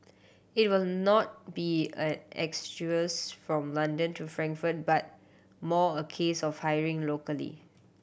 it will not be an exodus from London to Frankfurt but more a case of hiring locally